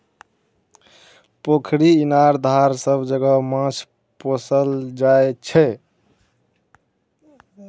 पोखरि, इनार, धार सब जगह माछ पोसल जाइ छै